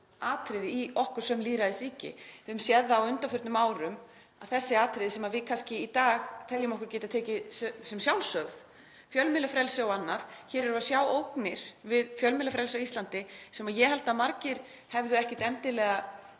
atriði í okkar ríki sem lýðræðisríkis. Við höfum séð á undanförnum árum að þessi atriði sem við í dag teljum okkur geta tekið sem sjálfsögðum, fjölmiðlafrelsi og annað — við erum að sjá ógnir við fjölmiðlafrelsi á Íslandi sem ég held að margir hefðu ekkert endilega